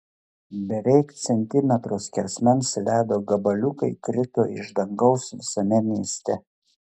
beveik centimetro skersmens ledo gabaliukai krito iš dangaus visame mieste